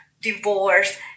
divorce